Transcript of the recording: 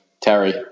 Terry